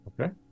Okay